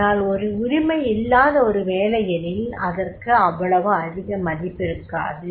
ஆனால் உரிமை இல்லாத ஒரு வேலையெனில் அதற்கு அவ்வளவு அதிக மதிப்பிருக்காது